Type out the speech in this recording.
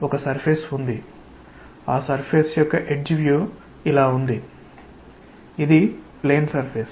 ఒక సర్ఫేస్ ఉంది ఆ సర్ఫేస్ యొక్క ఎడ్జ్ వ్యూ ఇలా ఉంది ఇది ప్లేన్ సర్ఫేస్